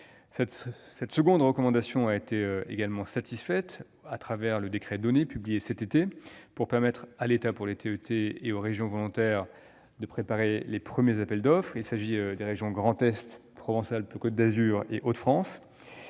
Cette seconde recommandation a été également satisfaite, à travers le décret Données, publié cet été pour permettre à l'État, pour les TET, et aux régions volontaires de préparer les premiers appels d'offres : il s'agit des régions Grand Est, Provence-Alpes-Côte d'Azur et Hauts-de-France.